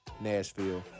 nashville